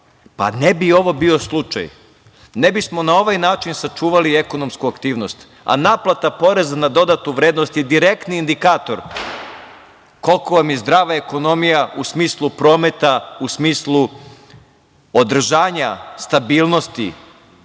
bi ovo bio slučaj, ne bismo na ovaj način sačuvali ekonomsku aktivnost, a naplata poreza na dodatu vrednost je direktni indikator koliko vam je zdrava ekonomija u smislu prometa, u smislu održanja stabilnosti,